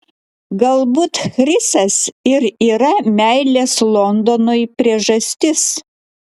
galbūt chrisas ir yra meilės londonui priežastis